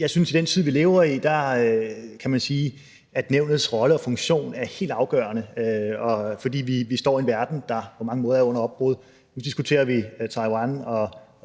Jeg synes, at i den tid, vi lever i, er Nævnets rolle og funktion helt afgørende, for vi står i en verden, der på mange måder er i opbrud. Nu diskuterer vi Taiwan,